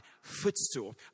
footstool